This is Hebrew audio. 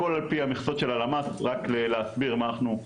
הכל על פי המכסות של הלמ"ס, רק להסביר מה הנתונים.